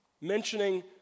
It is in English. mentioning